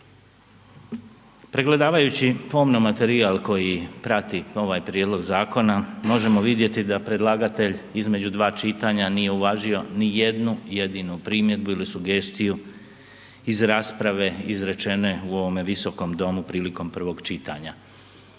Pregledavajući pomno materijal koji prati ovaj prijedlog zakona možemo vidjeti da predlagatelj između dva čitanja nije uvažio ni jednu jedinu primjedbu ili sugestiju iz rasprave izrečene u ovome visokom domu prilikom prvog čitanja.